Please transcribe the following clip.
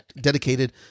dedicated